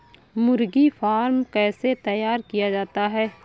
मुर्गी फार्म कैसे तैयार किया जाता है?